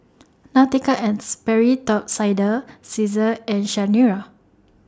Nautica and Sperry Top Sider Cesar and Chanira